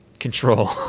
control